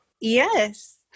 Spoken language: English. Yes